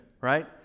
right